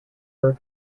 her